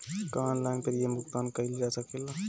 का online premium भुगतान कईल जा सकेला?